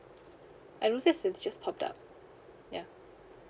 I noticed it's just popped up ya